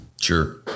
Sure